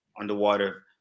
underwater